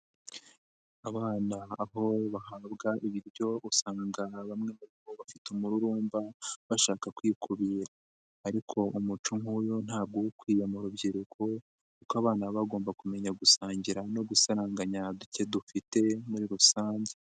Abana aho bahabwa ibiryo usanga bamwe muri bo bafite umururumba bashaka kwikubira ariko umuco nk'uyu ntabwo uba ukwiye mu rubyiruko kuko abana baba bagomba kumenya gusangira no gusaranganya duke dufite muri rusange.